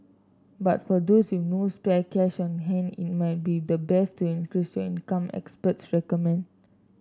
but for those with no spare cash on hand it might be the best to increase your income experts recommend